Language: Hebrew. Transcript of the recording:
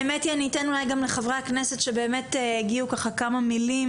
האמת היא שאני אתן אולי גם לחברי הכנסת שבאמת הגיעו להגיד כמה מילים.